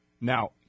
Now –